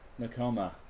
nekoma,